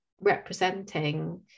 representing